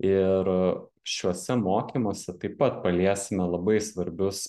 ir šiuose mokymuose taip pat paliesime labai svarbius